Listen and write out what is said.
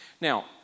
Now